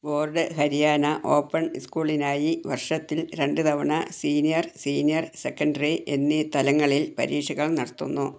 board Haryana open സ്കൂളിനായി വർഷത്തിൽ രണ്ടുതവണ സീനിയർ സീനിയർ സെക്കൻഡറി എന്നീ തലങ്ങളിൽ പരീക്ഷകൾ നടത്തുന്നു